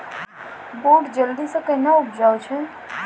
बूट जल्दी से कहना उपजाऊ छ?